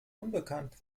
unbekannt